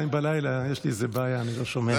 ב-02:00, יש לי איזה בעיה, אני לא שומע.